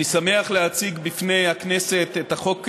אני שמח להציג בפני הכנסת את החוק,